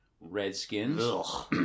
Redskins